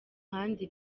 handi